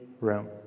room